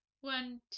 One